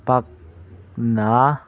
ꯄꯥꯛꯅ